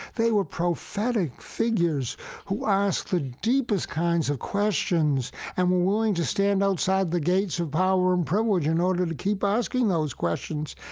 they were prophetic figures who asked the deepest kinds of questions and were willing to stand outside the gates of power and privilege in order to keep asking those questions.